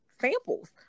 samples